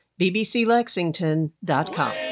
bbclexington.com